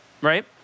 right